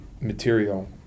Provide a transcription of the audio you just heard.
material